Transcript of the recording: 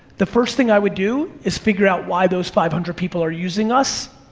the first thing i would do is figure out why those five hundred people are using us,